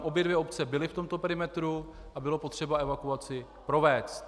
Obě dvě obce byly v tomto perimetru a bylo potřeba evakuaci provést.